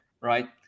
right